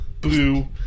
Blue